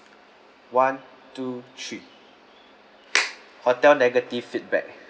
one two three hotel negative feedback